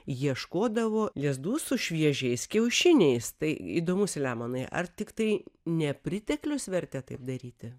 ieškodavo lizdų su šviežiais kiaušiniais tai įdomu seliamonai ar tiktai nepriteklius vertė taip daryti